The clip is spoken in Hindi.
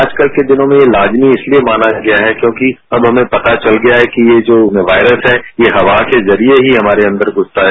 आज कल के दिनों में यह लाजमी यह माना गया है क्योंकि अब हमें पता चल गया है कि जो वायरस है यह हवा के जरिये ही हमारे अंदर घूसता है